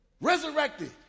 resurrected